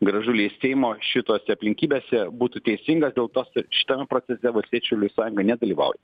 gražulį iš seimo šitose aplinkybėse būtų teisingas dėl to šitame procese valstiečių žaliųjų sąjunga nedalyvauja